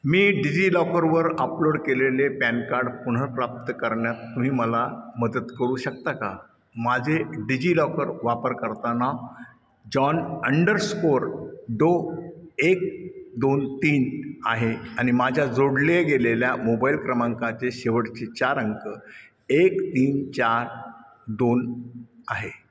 मी डिजिलॉकरवर अपलोड केलेले PAN card पुनर्प्राप्त करण्यात तुम्ही मला मदत करू शकता का माझे डिजिलॉकर वापरकर्ता नाव जॉन अंडरस्कोर डो एक दोन तीन आहे आणि माझ्या जोडले गेलेल्या मोबाईल क्रमांकाचे शेवटचे चार अंक एक तीन चार दोन आहे